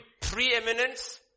preeminence